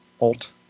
alt